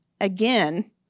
again